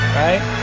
right